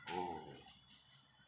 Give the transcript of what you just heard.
orh